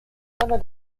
aber